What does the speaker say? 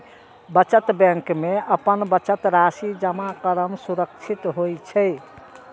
बचत बैंक मे अपन बचत राशि जमा करब सुरक्षित होइ छै